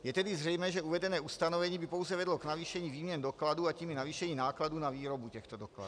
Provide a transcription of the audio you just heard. Je tedy zřejmé, že uvedené ustanovení by pouze vedlo k navýšení výměn dokladů, a tím i navýšení nákladů na výrobu těchto dokladů.